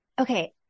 Okay